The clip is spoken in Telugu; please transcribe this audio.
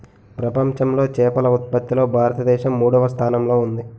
ప్రపంచంలో చేపల ఉత్పత్తిలో భారతదేశం మూడవ స్థానంలో ఉంది